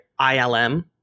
ilm